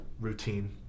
routine